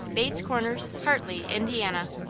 bates corners, hartley, indiana.